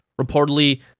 reportedly